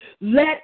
Let